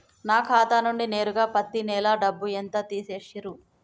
నా ఖాతా నుండి నేరుగా పత్తి నెల డబ్బు ఎంత తీసేశిర్రు?